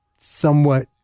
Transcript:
somewhat